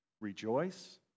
Rejoice